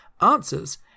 answers